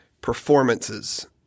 performances